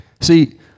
See